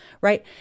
right